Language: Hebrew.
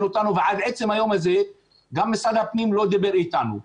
אותנו ועד עצם היום הזה גם משרד הפנים לא דיבר איתנו.